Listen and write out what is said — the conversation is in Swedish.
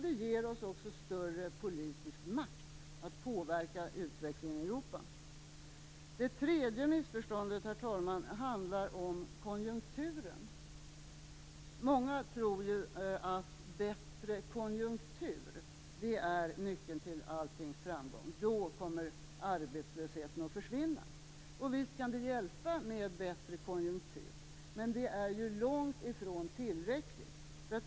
Det ger oss också större politisk makt att påverka utvecklingen i Det tredje missförståndet, herr talman, handlar om konjunkturen. Många tror ju att bättre konjunktur är nyckeln till all framgång. Då kommer arbetslösheten att försvinna. Visst kan det hjälpa med bättre konjunktur, men det är ju långt ifrån tillräckligt.